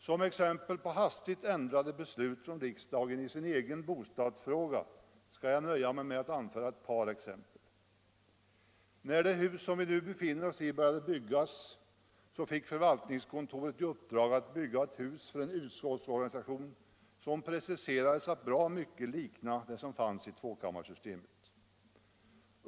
Som exempel på hastigt ändrade beslut från riksdagen i sin egen bostadsfråga skall jag nöja mig med att anföra ett par exempel: När det hus, som vi nu befinner oss i, började byggas fick förvaltningskontoret i uppdrag att bygga ett hus för en utskottsorganisation som preciserades att bra mycket likna den som fanns i tvåkammarsystemet.